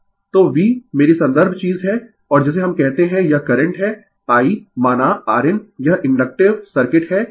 तो V मेरी संदर्भ चीज है और जिसे हम कहते है यह करंट है I माना Rin यह इंडक्टिव सर्किट है